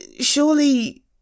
surely